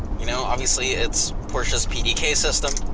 you know obviously it's porsche's pdk system.